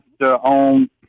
on